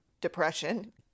depression